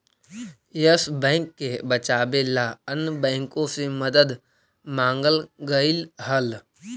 yes Bank के बचावे ला अन्य बाँकों से मदद मांगल गईल हल